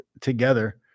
together